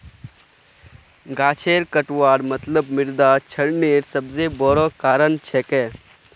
गाछेर कटवार मतलब मृदा क्षरनेर सबस बोरो कारण छिके